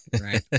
Right